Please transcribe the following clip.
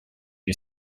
you